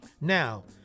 Now